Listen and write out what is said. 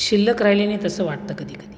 शिल्लक राहिले नाहीत असं वाटतं कधीकधी